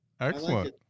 Excellent